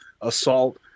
assault